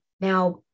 Now